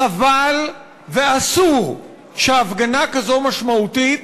חבל ואסור שהפגנה כזאת משמעותית